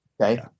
Okay